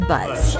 Buzz